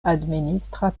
administra